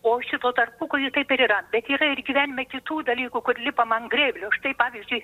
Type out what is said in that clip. o šituo tarpukoju taip ir yra bet yra ir gyvenime kitų dalykų kur lipama ant grėblio štai pavyzdžiui